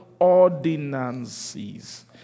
Ordinances